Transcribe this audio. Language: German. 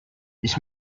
ich